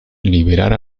liberar